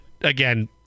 again